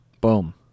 Boom